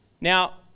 Now